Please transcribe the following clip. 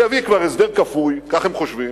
שכבר יביא הסדר כפוי, כך הם חושבים.